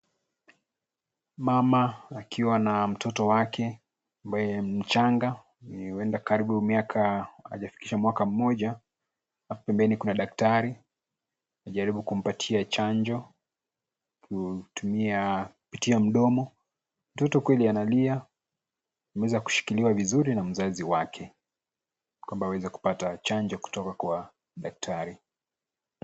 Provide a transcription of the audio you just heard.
Mama wakiwa na mtoto wake ambaye ni mchanga huenda karibu miaka , hajafikisha mwaka mmoja. Hapo pembeni kuna daktari anajaribu kumpatia chanjo kutumia, kupitia mdomo. Mtoto kweli analia anaeza kushikiliwa vizuri na mzazi wake ,kwamba aweze kupata chanjo kutoka kwa daktari.